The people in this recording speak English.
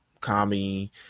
Kami